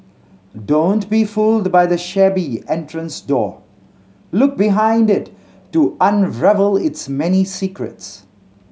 don't be fooled by the shabby entrance door look behind it to unravel its many secrets